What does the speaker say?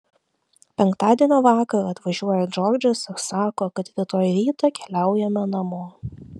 penktadienio vakarą atvažiuoja džordžas ir sako kad rytoj rytą keliaujame namo